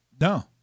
No